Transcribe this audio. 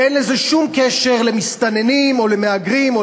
ואין לזה שום קשר למסתננים או למהגרים או